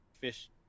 fish